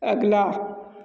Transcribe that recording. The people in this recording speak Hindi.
अगला